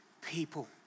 people